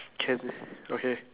can okay